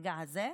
ברגע הזה,